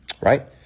Right